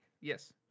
Yes